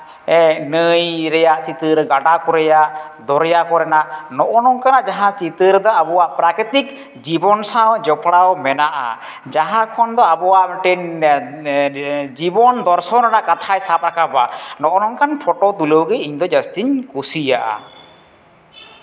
ᱱᱟᱹᱭ ᱨᱮᱭᱟᱜ ᱪᱤᱛᱟᱹᱨ ᱜᱟᱰᱟ ᱠᱚ ᱨᱮᱭᱟᱜ ᱫᱚᱨᱭᱟ ᱠᱚᱨᱮᱱᱟᱜ ᱱᱚᱜᱼᱚᱭ ᱱᱚᱝᱠᱟᱱᱟᱜ ᱡᱟᱦᱟᱸ ᱪᱤᱛᱟᱹᱨ ᱫᱚ ᱟᱵᱚᱣᱟᱜ ᱯᱨᱟᱠᱨᱤᱛᱤᱠ ᱡᱤᱵᱚᱱ ᱥᱟᱶ ᱡᱚᱯᱲᱟᱣ ᱢᱮᱱᱟᱜᱼᱟ ᱡᱟᱦᱟᱸ ᱠᱷᱚᱱ ᱫᱚ ᱟᱵᱚᱣᱟᱜ ᱢᱤᱫᱴᱟᱝ ᱡᱤᱵᱚᱱ ᱫᱚᱨᱥᱚᱱ ᱨᱮᱱᱟᱜ ᱠᱟᱛᱷᱟᱭ ᱥᱟᱵ ᱨᱟᱠᱟᱵᱟ ᱱᱚᱜᱼᱚᱭ ᱱᱚᱝᱠᱟᱱ ᱯᱷᱚᱴᱚ ᱛᱩᱞᱟᱹᱣ ᱜᱮ ᱤᱧ ᱫᱚ ᱡᱟᱹᱥᱛᱤᱧ ᱠᱩᱥᱤᱭᱟᱜᱼᱟ